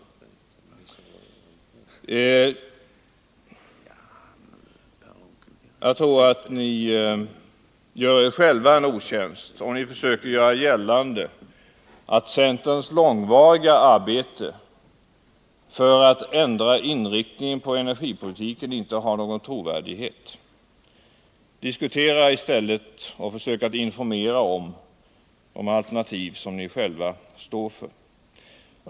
Jag tror att ni gör er själva en otjänst om ni försöker göra gällande att centerns långvariga arbete för att ändra inriktningen på energipolitiken inte har någon trovärdighet. Diskutera i stället — och försök att informera om — de alternativ som ni själva står för!